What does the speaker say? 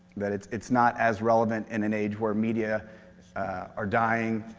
that it's it's not as relevant in an age where media are dying.